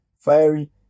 fiery